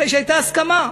אחרי שהייתה הסכמה,